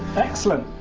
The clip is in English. excellent.